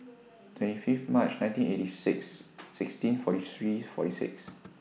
twenty five March nineteen eighty six sixteen forty three forty six